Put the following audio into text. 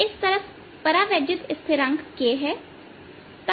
इस तरफ एक परावैद्युत स्थिरांक k है